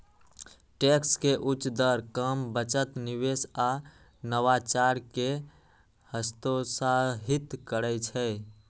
tax के उच्च दर काम, बचत, निवेश आ नवाचार कें हतोत्साहित करै छै